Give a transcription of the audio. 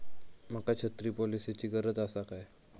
माका छत्री पॉलिसिची गरज आसा काय?